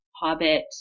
Hobbit